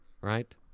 Right